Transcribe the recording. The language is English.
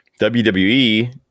WWE